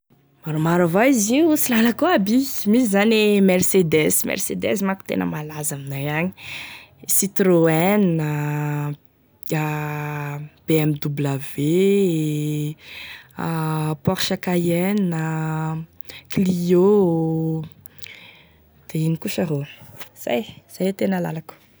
Karazane zava-magneno e tena lalako guitare gnane sanany kabosy, misy managny batterie, violon, piano io koa mba anisane raha hiriko io piano.